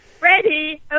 Ready